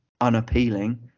unappealing